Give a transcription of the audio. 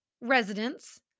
residents